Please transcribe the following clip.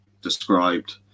Described